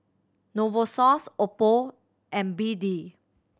Novosource Oppo and B D